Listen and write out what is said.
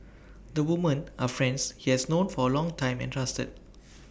the women are friends he has known for A long time and trusted